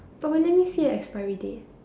but wait let me see the expiry date